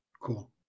Cool